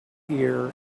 year